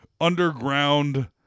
underground